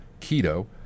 keto